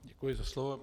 Děkuji za slovo.